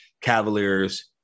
Cavaliers